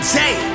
day